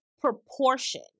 proportion